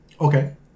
Okay